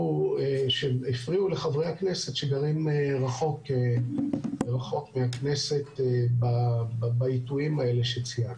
המגבלות שהפריעו לחברי הכנסת שגרים רחוק מהכנסת בעיתויים האלה שציינתי.